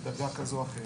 בדרגה כזו או אחרת,